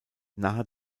nahe